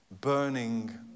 burning